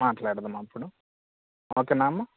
మాట్లాడదాం అప్పుడు ఓకేనా అమ్మ